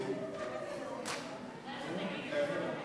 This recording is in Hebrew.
חד-פעמית), התשע"ד 2014,